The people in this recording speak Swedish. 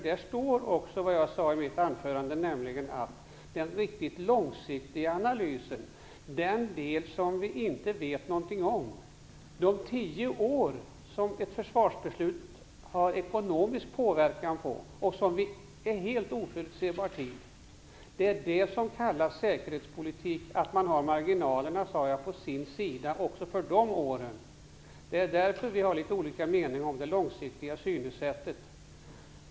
Där står nämligen vad jag också sade i mitt anförande, att den riktigt långsiktiga analysen - den del som vi inte vet något om, de 10 år som ett försvarsbeslut har påverkan på och som är helt oförutsägbar tid - skall i säkerhetspolitiken ha marginalerna på sin sida även för de åren. Därför har vi litet olika mening om det långsiktiga synsättet.